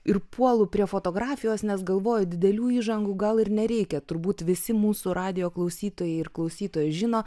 ir puolu prie fotografijos nes galvoju didelių įžangų gal ir nereikia turbūt visi mūsų radijo klausytojai ir klausytojos žino